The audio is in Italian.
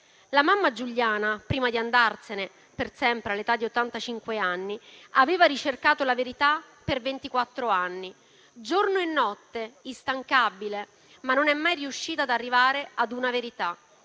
La mamma Luciana, prima di andarsene per sempre all'età di ottantacinque anni, aveva ricercato la verità per ventiquattro anni, giorno e notte, instancabile, ma non è mai riuscita ad arrivare ad una verità.